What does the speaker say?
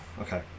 Okay